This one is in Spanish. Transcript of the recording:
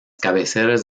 cabeceras